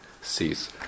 sees